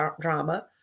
drama